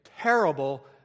terrible